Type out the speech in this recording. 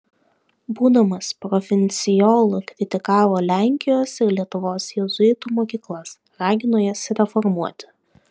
būdamas provincijolu kritikavo lenkijos ir lietuvos jėzuitų mokyklas ragino jas reformuoti